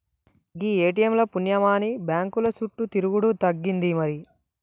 గీ ATM ల పుణ్యమాని బాంకుల సుట్టు తిరుగుడు తగ్గింది మరి